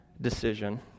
decision